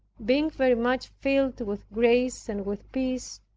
being very much filled with grace and with peace,